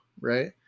right